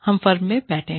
हम फर्म में बैठे हैं